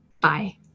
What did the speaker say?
Bye